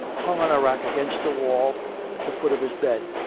hung on a rack against the wall at the foot of his bed,